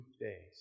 days